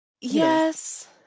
Yes